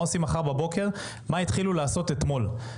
מה עושים מחר בבוקר ומה התחילו לעשות אתמול.